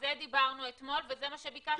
על זה דיברנו אתמול וזה מה שביקשתי שיבדקו.